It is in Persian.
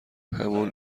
همون